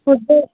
food